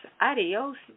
Adios